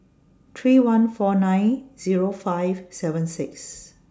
three one four nine Zero five seven six